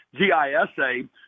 gisa